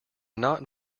not